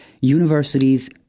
universities